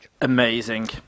Amazing